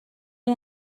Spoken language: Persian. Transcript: اون